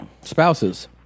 spouses